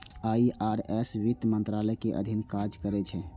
IRS वित्त मंत्रालय के अधीन काज करै छै